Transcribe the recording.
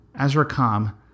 Azrakam